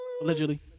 Allegedly